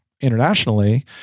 internationally